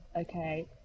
okay